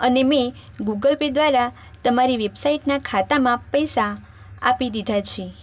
અને મેં Google Pay દ્વારા તમારી વેબસાઈટના ખાતામાં પૈસા આપી દીધા છે